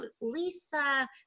Lisa